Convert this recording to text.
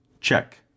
Check